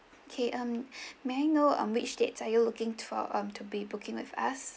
K um may I know um which dates are you looking for um to be booking with us